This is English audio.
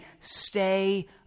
stay